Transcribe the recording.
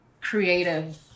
creative